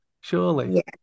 surely